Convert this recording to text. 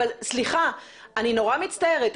אני נורא מצטערת,